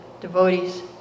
devotees